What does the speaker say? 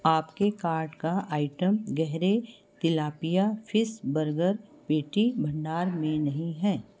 आपके कार्ट का आइटम गडरे तिलापिया फिश बर्गर पैटी भंडार में नहीं है